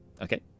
Okay